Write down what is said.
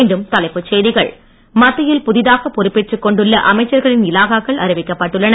மீண்டும் தலைப்புச் செய்திகள் மத்தியில் புதிதாக பொறுப்பேற்றுக் கொண்டுள்ள அமைச்சர்களின் இலாக்காக்கள் அறிவிக்கப்பட்டுள்ளன